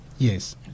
Yes